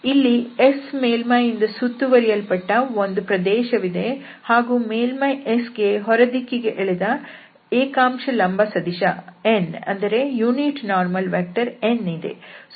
ಇಲ್ಲಿ S ಮೇಲ್ಮೈಯಿಂದ ಸುತ್ತುವರಿಯಲ್ಪಟ್ಟ ಒಂದು ಪ್ರದೇಶವಿದೆ ಹಾಗೂ ಮೇಲ್ಮೈ S ಗೆ ಹೊರ ದಿಕ್ಕಿಗೆ ಎಳೆದ ಏಕಾಂಶ ಲಂಬ ಸದಿಶ n ಇದೆ